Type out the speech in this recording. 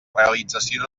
realització